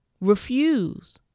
refuse